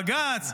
בג"ץ,